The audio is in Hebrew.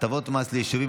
(הטבות מס ליישובים),